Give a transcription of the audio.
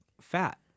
fat